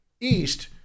East